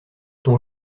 ton